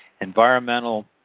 Environmental